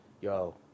Yo